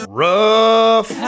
rough